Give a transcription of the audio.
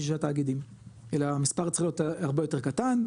תאגידים אלא המספר צריך להיות הרבה יותר קטן,